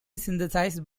synthesized